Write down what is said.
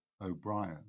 O'Brien